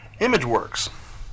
Imageworks